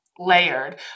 layered